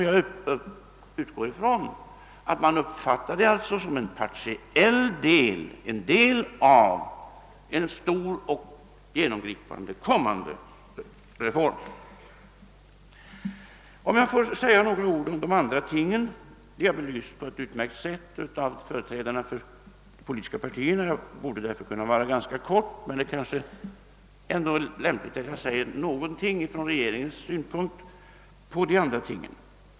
Jag utgår ifrån att man uppfattar detta som en del av en stor och genomgripande kommande reform. De övriga tingen har belysts på ett utmärkt sätt av företrädarna för de politiska partierna. Jag borde därför kunna vara ganska kortfattad, men det är kanske ändå lämpligt att jag säger någonting om regeringens synpunkter.